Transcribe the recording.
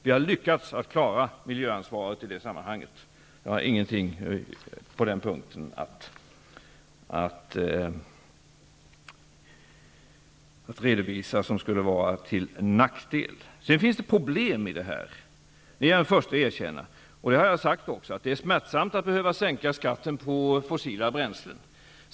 Vi har lyckats att klara miljöansvaret i det sammanhanget. Jag har ingenting att redovisa på den punkten som skulle vara en nackdel. Det finns problem, det är jag den förste att erkänna. Det har jag sagt också. Det är smärtsamt att behöva sänka skatten på fossila bränslen.